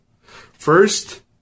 First